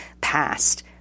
passed